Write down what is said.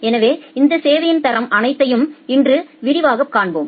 எனவே இந்த சேவையின் தரம் அனைத்தையும் இன்று விரிவாகக் காண்போம்